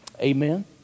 Amen